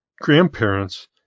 grandparents